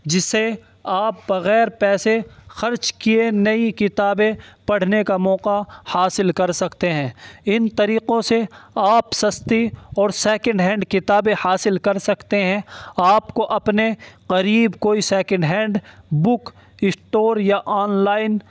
جسے آپ بغیر پیسے خرچ کیے نئی کتابیں پڑھنے کا موقع حاصل کر سکتے ہیں ان طریقوں سے آپ سستی اور سیکنڈ ہینڈ کتابیں حاصل کر سکتے ہیں آپ کو اپنے قریب کوئی سیکنڈ ہینڈ بک اسٹور یا آن لائن